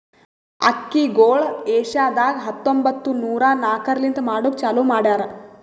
ಅಕ್ಕಿಗೊಳ್ ಏಷ್ಯಾದಾಗ್ ಹತ್ತೊಂಬತ್ತು ನೂರಾ ನಾಕರ್ಲಿಂತ್ ಮಾಡ್ಲುಕ್ ಚಾಲೂ ಮಾಡ್ಯಾರ್